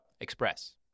Express